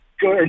Good